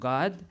God